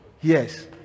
yes